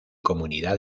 comunidad